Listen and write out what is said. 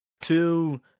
Two